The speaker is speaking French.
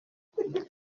j’ai